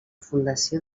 fundació